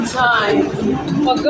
time